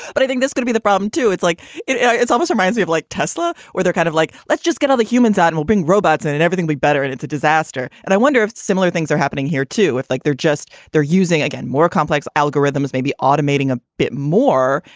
but i think they're going to be the problem too it's like it's yeah it's almost reminds me of like tesla where they're kind of like let's just get the humans out and we'll bring robots in and everything be better and it's a disaster. and i wonder if similar things are happening here too. it's like they're just they're using again more complex algorithms maybe automating a bit more.